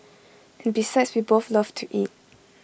and besides we both love to eat